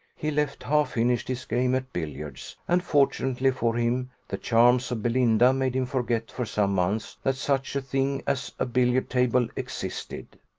he left half finished his game at billiards and, fortunately for him, the charms of belinda made him forget for some months that such a thing as a billiard-table existed.